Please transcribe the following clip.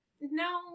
No